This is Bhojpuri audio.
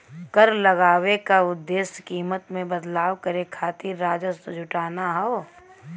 कर लगाये क उद्देश्य कीमत में बदलाव करे खातिर राजस्व जुटाना हौ